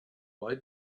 why